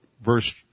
verse